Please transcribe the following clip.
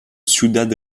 ciudad